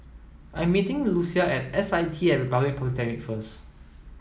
I'm meeting Lucia at S I T at Republic Polytechnic first